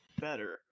better